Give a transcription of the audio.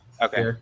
Okay